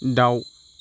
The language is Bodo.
दाउ